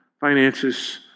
finances